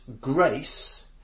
grace